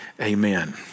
amen